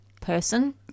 person